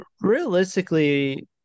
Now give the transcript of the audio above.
realistically